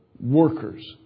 workers